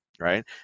right